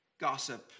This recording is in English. gossip